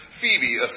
Phoebe